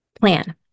Plan